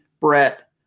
Brett